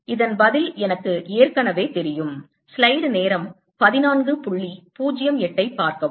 ஆனால் இதன் பதில் எனக்கு ஏற்கனவே தெரியும்